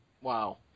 Wow